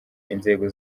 inzego